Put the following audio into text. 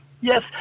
yes